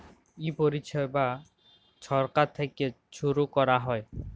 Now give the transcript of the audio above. ই পরিছেবা ছরকার থ্যাইকে ছুরু ক্যরা হ্যয়